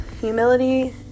Humility